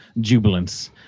jubilance